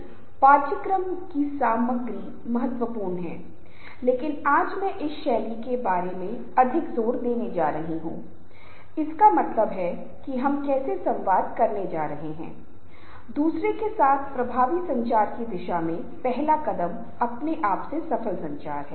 संघर्ष एक बहुत ही स्वाभाविक प्रक्रिया है एक समूह एक निश्चित एजेंडा सेट करके अपनी समस्या का विश्लेषण करके अपने लक्ष्यों का आकलन करके और वैकल्पिक संभावनाओं का पूरी तरह से आकलन करके अपनी निर्णय लेने की क्षमता को बढ़ावा दे सकता है